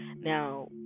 now